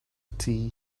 tea